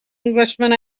englishman